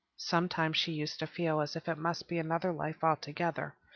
sometimes she used to feel as if it must be another life altogether,